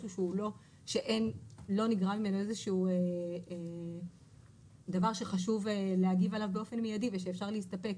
משהו שלא נגרם איזשהו דבר שחשוב להגיב עליו באופן מיידי ושאפשר להסתפק